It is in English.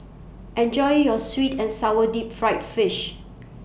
Enjoy your Sweet and Sour Deep Fried Fish